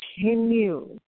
continue